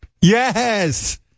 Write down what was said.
Yes